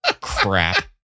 crap